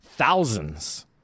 Thousands